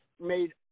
made